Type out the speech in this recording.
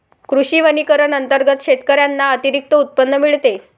कृषी वनीकरण अंतर्गत शेतकऱ्यांना अतिरिक्त उत्पन्न मिळते